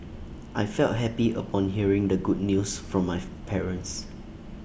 I felt happy upon hearing the good news from my parents